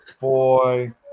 boy